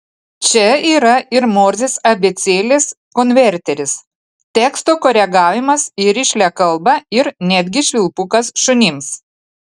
čia yra ir morzės abėcėlės konverteris teksto koregavimas į rišlią kalbą ir netgi švilpukas šunims